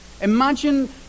Imagine